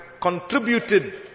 contributed